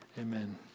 amen